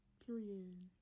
Period